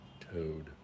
Toad